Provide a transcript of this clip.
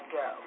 go